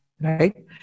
right